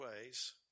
ways